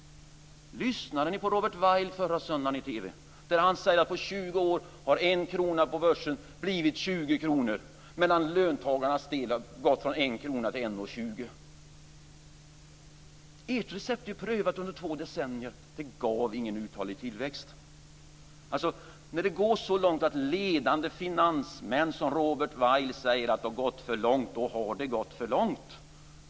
Lyssnade ni på Robert Weil förra söndagen i TV? Han sade att på 20 år har 1 krona på börsen blivit 20 kronor, medan det för löntagarnas del har gått från 1 krona till 1:20 kr. Ert recept är ju prövat under två decennier, och det gav ingen uthållig tillväxt. När det går så långt att sådana ledande finansmän som Robert Weil säger att det har gått för långt, då har det gått för långt.